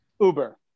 Uber